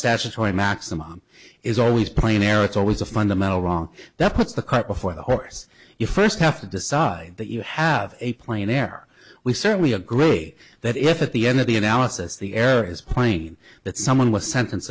statutory maximum is always plain air it's always a fundamental wrong that puts the cart before the horse you first have to decide that you have a plane there we certainly agree that if at the end of the analysis the error is plain that someone was sentence